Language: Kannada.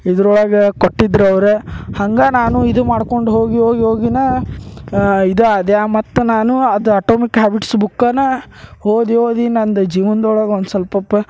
ಇದ್ರೊಳಗೆ ಕೊಟ್ಟಿದ್ರು ಅವ್ರು ಹಂಗೆ ನಾನು ಇದು ಮಾಡ್ಕೊಂಡು ಹೋಗಿ ಹೋಗಿ ಹೋಗಿನಾ ಇದು ಅದೆ ಮತ್ತು ನಾನು ಅದು ಅಟೋಮಿಕ್ ಹ್ಯಾಬಿಟ್ಸ್ ಬುಕ್ಕನಾ ಓದಿ ಓದಿ ನಂದು ಜೀವನ್ದೊಳಗ ಒಂದು ಸ್ವಲ್ಪ